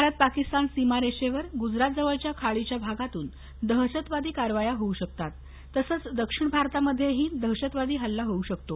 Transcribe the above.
भारत पाकिस्तान सीमा रेषेवर गुजरात जवळच्या खाडीच्या भागातून दहशतवादी कारवाया होऊ शकतात तसंच दक्षिण भारतामध्ये दहशतवादी हल्ला होऊ शकतो